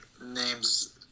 names